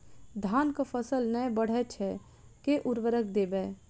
धान कऽ फसल नै बढ़य छै केँ उर्वरक देबै?